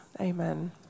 Amen